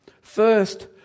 First